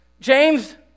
James